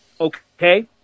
okay